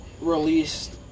released